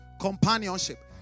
companionship